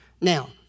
Now